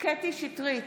קטי קטרין שטרית,